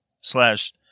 slash